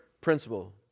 principle